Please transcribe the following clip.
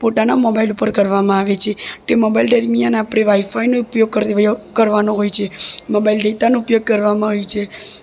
પોતાના મોબાઈલ ઉપર કરવામાં આવે છે તે મોબાઈલ દરમિયાન આપણે વાઈફાઈનો ઉપયોગ કરવાનો હોય છે મોબાઈલ ડેટાનો ઉપયોગ કરવાનો હોય છે